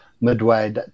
midway